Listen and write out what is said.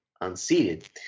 unseated